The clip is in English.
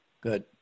Good